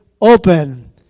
open